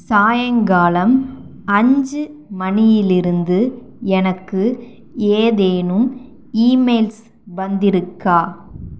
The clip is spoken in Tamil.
சாயங்காலம் அஞ்சு மணியிலிருந்து எனக்கு ஏதேனும் ஈமெயில்ஸ் வந்தியிருக்கா